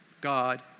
God